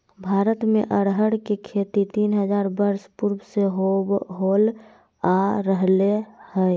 भारत में अरहर के खेती तीन हजार वर्ष पूर्व से होल आ रहले हइ